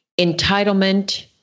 entitlement